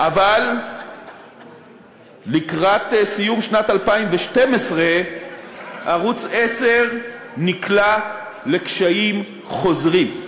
אבל לקראת סיום שנת 2012 ערוץ 10 נקלע לקשיים חוזרים.